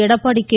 Edappadi K